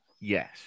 Yes